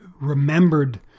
remembered